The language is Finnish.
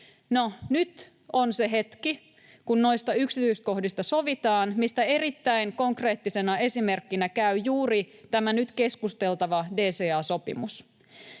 nyt on se hetki, kun noista yksityiskohdista sovitaan, mistä erittäin konkreettisena esimerkkinä käy juuri tämä nyt keskusteltava DCA-sopimus.